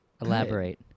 elaborate